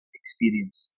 experience